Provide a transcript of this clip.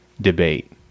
debate